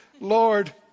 Lord